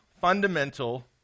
fundamental